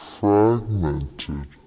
fragmented